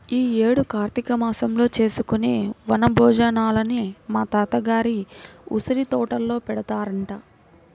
యీ యేడు కార్తీక మాసంలో చేసుకునే వన భోజనాలని మా తాత గారి ఉసిరితోటలో పెడతారంట